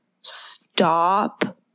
stop